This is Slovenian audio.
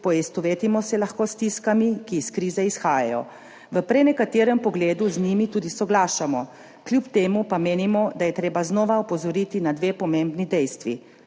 poistovetimo se lahko s stiskami, ki iz krize izhajajo. V prenekaterem pogledu z njimi tudi soglašamo. Kljub temu pa menimo, da je treba znova opozoriti na dve pomembni dejstvi.